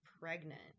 pregnant